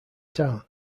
town